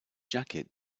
jacket